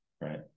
right